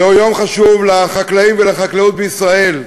זהו יום חשוב לחקלאים ולחקלאות בישראל.